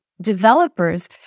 developers